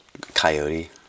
coyote